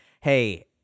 hey